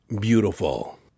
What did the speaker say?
beautiful